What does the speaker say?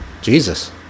jesus